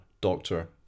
Doctor